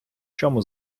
чому